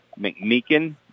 McMeekin